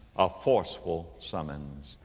a forceful summons.